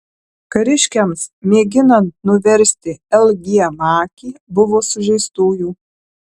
kariškiams mėginant nuversti l g makį buvo sužeistųjų